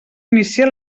inicial